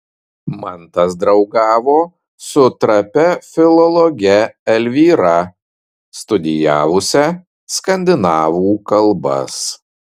mantas draugavo su trapia filologe elvyra studijavusia skandinavų kalbas